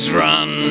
run